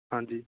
ਹਾਂਜੀ